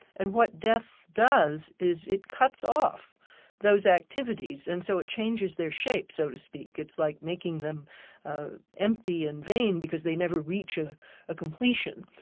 and what death does is, it cuts off those activities and so it changes their shape so to speak, it's like making them empty and vain because they never reach a completion,